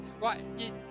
Right